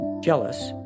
jealous